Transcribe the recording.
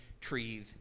trees